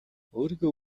өөрийгөө